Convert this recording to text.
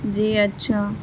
جی اچھا